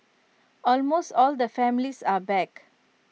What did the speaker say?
almost all the families are back